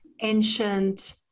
ancient